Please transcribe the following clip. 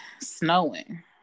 snowing